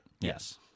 Yes